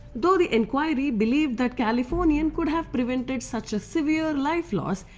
though the enquiry believed that californian could have prevented such a severe life loss,